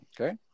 Okay